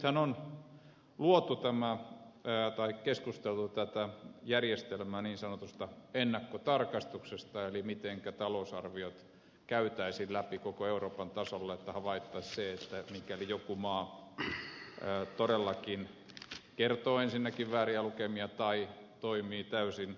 nythän on keskusteltu tästä järjestelmästä niin sanotusta ennakkotarkastuksesta eli siitä mitenkä talousarviot käytäisiin läpi koko euroopan tasolla että havaittaisiin mikäli joku maa todellakin ensinnäkin kertoo vääriä lukemia tai toimii täysin holtittomasti